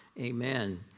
Amen